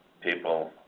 people